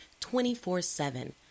24-7